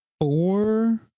four